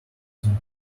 putin